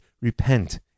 repent